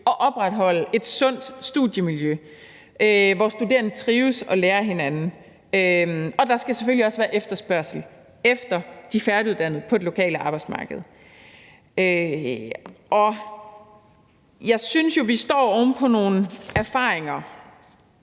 at opretholde et sundt studiemiljø, hvor studerende trives og lærer af hinanden. Der skal selvfølgelig også være efterspørgsel efter de færdiguddannede på det lokale arbejdsmarked. Og jeg synes jo, at vi står oven på nogle erfaringer